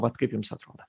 vat kaip jums atrodo